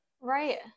Right